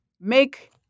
make